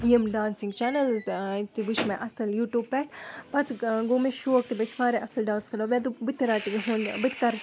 یِم dancing channels تہِ ٲں تہِ وُچھہِ مےٚ اصٕل یوٗٹیوٗب پٮ۪ٹھ پَتہٕ گوٚو مےٚ شوق تِم ٲسۍ واریاہ اصٕل ڈانٕس کَران مےٚ دوٚپ بہٕ تہِ رَٹہِ یہُنٛد بہٕ تہِ کَرٕ